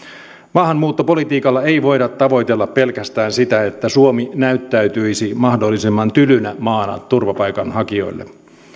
maahanmuuttopolitiikalla ei voida tavoitella pelkästään sitä että suomi näyttäytyisi mahdollisimman tylynä maana turvapaikanhakijoille